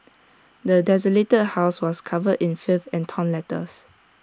the desolated house was covered in filth and torn letters